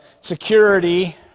security